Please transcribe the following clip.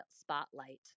spotlight